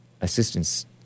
assistance